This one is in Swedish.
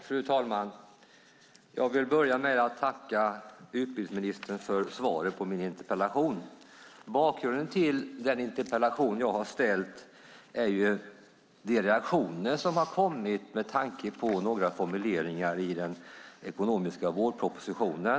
Fru talman! Jag vill börja med att tacka utbildningsministern för svaret på min interpellation. Bakgrunden till den interpellation jag har ställt är de reaktioner som följt på några formuleringar i den ekonomiska vårpropositionen.